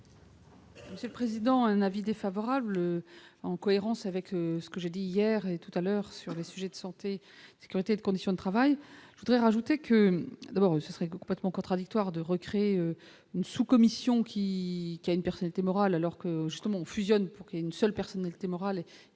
C'est le président, un avis défavorable en cohérence avec ce que j'ai dit hier et tout à l'heure sur des sujets de santé sécurité de conditions de travail, je voudrais rajouter que ce serait complètement contradictoire de recréer une sous-commission qui qui a une personnalité morale alors que justement fusionnent pour créer une seule personnalité morale et